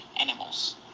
animals